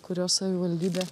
kuriuos savivaldybė